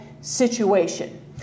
situation